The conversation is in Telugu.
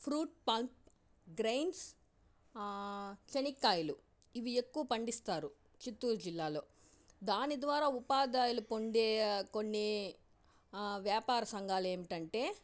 ఫ్రూట్ పల్ప్ గ్రైన్స్ శనగ కాయలు ఇవి ఎక్కువ పండిస్తారు చిత్తూరు జిల్లాలో దాని ద్వారా ఉపాదాయాలు పొందే కొన్ని వ్యాపార సంఘాలు ఏమిటంటే